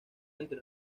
entre